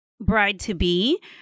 bride-to-be